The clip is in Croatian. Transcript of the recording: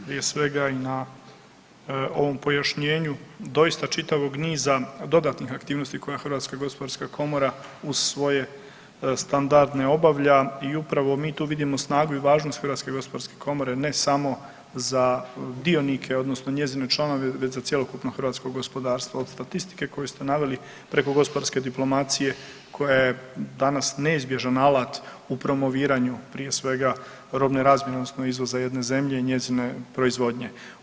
Prije svega i na ovom pojašnjenju doista čitavog niza dodatnih aktivnosti koja HGK uz svoje standardne obavlja i upravo mi tu vidimo snagu i važnost HGK, ne samo za dionike odnosno njezine članove već za cjelokupno hrvatsko gospodarstvo od statistike koju ste naveli preko gospodarske diplomacije koja je danas neizbježan alat u promoviranju prije svega robne razmjene odnosno izvoza jedne zemlje i njezine proizvodnje.